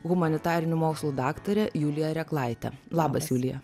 humanitarinių mokslų daktarė julija reklaitė labas julija